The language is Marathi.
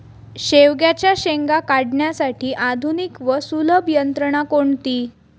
शेवग्याच्या शेंगा काढण्यासाठी आधुनिक व सुलभ यंत्रणा कोणती?